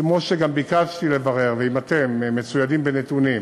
כמו שגם ביקשתי לברר, ואם אתם מצוידים בנתונים